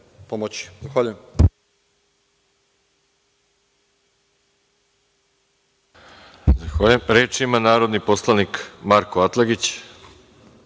Hvala